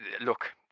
look